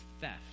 theft